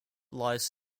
lies